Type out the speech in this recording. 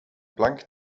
plank